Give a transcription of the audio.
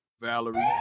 Valerie